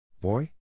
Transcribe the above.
Boy